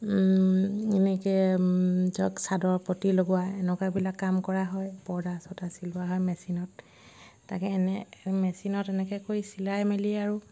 এনেকৈ ধৰক চাদৰৰ পতি লগোৱা এনেকুৱাবিলাক কাম কৰা হয় পৰ্দা চৰ্দা চিলোৱা হয় মেচিনত তাকে এনে মেচিনত এনেকৈ কৰি চিলাই মেলি আৰু